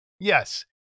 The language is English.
yes